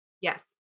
Yes